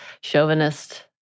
chauvinist